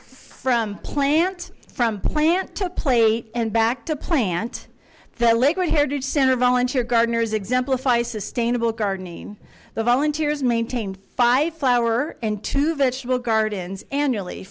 from plant from plant to plate and back to plant the liquid heritage center volunteer gardeners exemplify sustainable gardening the volunteers maintained five flower and two vegetable gardens annually